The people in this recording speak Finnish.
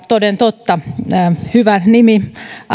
toden totta hyvä nimi